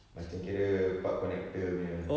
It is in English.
macam kira park connector punya